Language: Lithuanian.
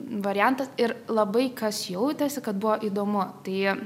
variantas ir labai kas jautėsi kad buvo įdomu tai